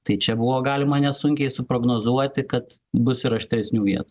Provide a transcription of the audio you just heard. tai čia buvo galima nesunkiai suprognozuoti kad bus ir aštresnių vietų